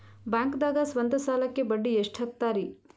ಬ್ಯಾಂಕ್ದಾಗ ಸ್ವಂತ ಸಾಲಕ್ಕೆ ಬಡ್ಡಿ ಎಷ್ಟ್ ಹಕ್ತಾರಿ?